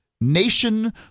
nation